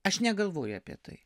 aš negalvoju apie tai